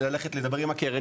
ללכת לדבר עם הקרן,